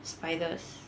spiders